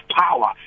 power